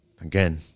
again